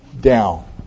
Down